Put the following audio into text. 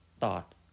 thought